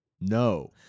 No